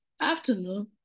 afternoon